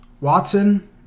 watson